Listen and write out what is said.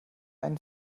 einen